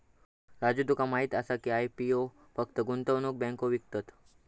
राजू तुका माहीत आसा की, आय.पी.ओ फक्त गुंतवणूक बँको विकतत?